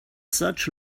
such